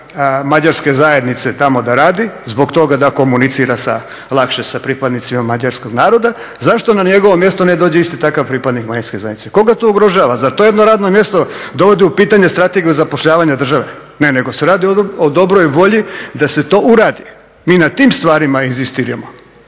mađarske zajednice tamo da radi zbog toga da komunicira lakše sa pripadnicima mađarskog naroda zašto na njegovo mjesto ne dođe isti takav pripadnik manjinske zajednice. Koga to ugrožava? Zar to jedno radno mjesto dovodi u pitanje Strategiju zapošljavanja države? Ne, nego se radi o dobroj volji da se to uradi. Mi na tim stvarima inzistiramo.